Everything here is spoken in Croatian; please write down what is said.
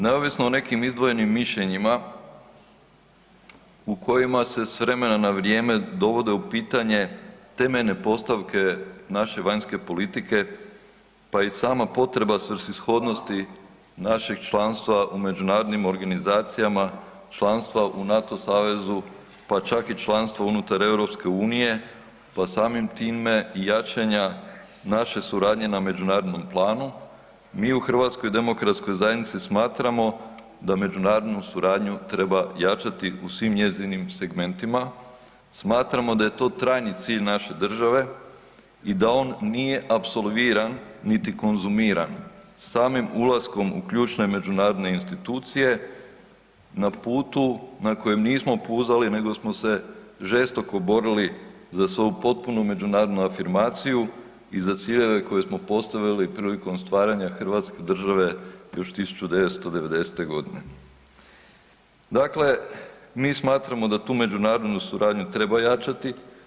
Neovisno o nekim izdvojenim mišljenjima u kojima se s vremena na vrijeme dovode u pitanje temeljne postavke naše vanjske politike pa i sama potreba svrsishodnosti našeg članstva u međunarodnim organizacijama, članstva u NATO savezu pa čak i članstva unutar EU pa samim time jačanja naše suradnje na međunarodnom planu, mi u HDZ-u smatramo da međunarodnu suradnju treba jačati u svim njezinim segmentima, smatramo da je to trajni cilj naše države i da on nije apsolviran niti konzumiran samim ulaskom u ključne međunarodne institucije na putu na kojem nismo puzali nego smo se žestoko borili za svoju potpunu međunarodnu afirmaciju i za ciljeve koje smo postavili prilikom stvaranja hrvatske države još 1990. g. Dakle, mi smatramo da tu međunarodnu suradnju treba jačati.